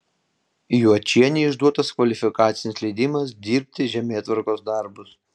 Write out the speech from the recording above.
juočienei išduotas kvalifikacinis leidimas dirbti žemėtvarkos darbus